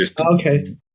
Okay